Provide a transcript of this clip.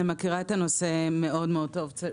אני מכירה את הנושא של הצו מאוד מאוד טוב.